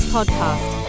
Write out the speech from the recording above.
Podcast